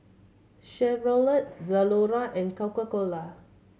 Chevrolet Zalora and Coca Cola